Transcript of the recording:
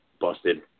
busted